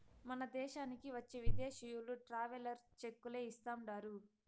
మన దేశానికి వచ్చే విదేశీయులు ట్రావెలర్ చెక్కులే ఇస్తాండారు